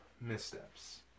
missteps